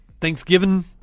Thanksgiving